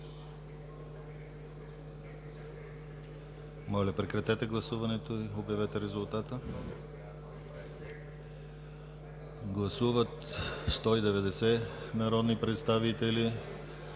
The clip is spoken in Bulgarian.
Моля, прекратете гласуването и обявете резултат. Гласували 196 народни представители: